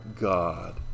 God